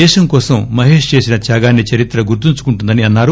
దేశం కోసం మహేష్ చేసిన త్యాగాన్ని చరిత్ర గుర్తుంచుకుంటుందని అన్నారు